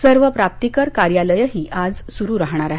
सर्व प्राप्तीकर कार्यालयंही आज सुरू राहणार आहेत